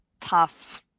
tough